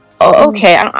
okay